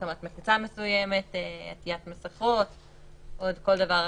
הקמת מחיצה מסוימת, עטיית מסכות או כל דבר אחר.